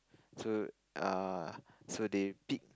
so err so they pick